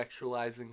sexualizing